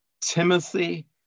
Timothy